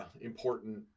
important